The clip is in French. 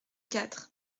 quatre